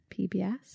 PBS